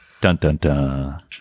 Dun-dun-dun